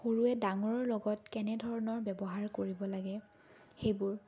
সৰুয়ে ডাঙৰৰ লগত কেনেধৰণৰ ব্যৱহাৰ কৰিব লাগে সেইবোৰ